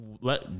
let